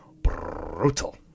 brutal